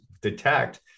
detect